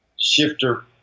shifter